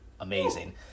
amazing